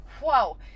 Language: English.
whoa